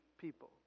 people